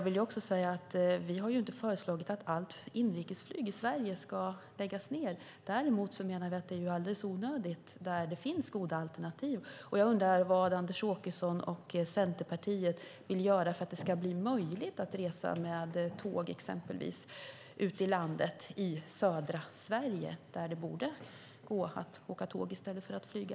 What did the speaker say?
Vi har inte sagt att allt inrikesflyg i Sverige ska läggas ned. Däremot menar vi att inrikesflyget är alldeles onödigt där det finns goda alternativ. Jag undrar vad Anders Åkesson och Centerpartiet vill göra för att det ska bli möjligt att resa med tåg, exempelvis i södra Sverige där det borde gå att åka tåg i stället för att flyga.